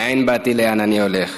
מאין באתי, לאן אני הולך.